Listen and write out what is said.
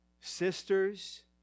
sisters